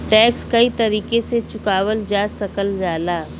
tax कई तरीके से चुकावल जा सकल जाला